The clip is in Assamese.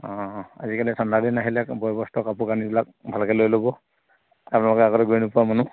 অঁ আজিকাল ঠাণ্ডা দিন আহিলে আকৌ বয় বস্তু কাপোৰ কানিবিলাক ভালকে লৈ ল'ব আপোনালোকে আগতে গৈ নোপোৱা মানুহ